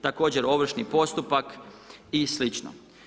Također, ovršni postupak, i slično.